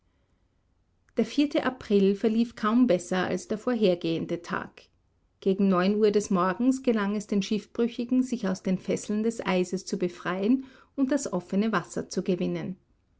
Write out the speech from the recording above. der vierte april verlief kaum besser als der vorhergehende tag gegen neun uhr des morgens gelang es den schiffbrüchigen sich aus den fesseln des eises zu befreien und das offene wasser zu gewinnen